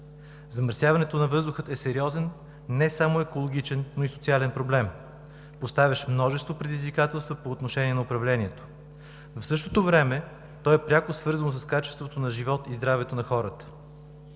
Замърсяването на въздуха е сериозен, не само екологичен, но и социален проблем, поставящ множество предизвикателства по отношение на управлението. В същото време той е пряко свързан с качеството на живот и здравето на хората.